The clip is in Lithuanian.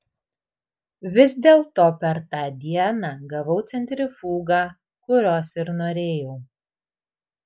vis dėlto per tą dieną gavau centrifugą kurios ir norėjau